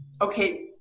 okay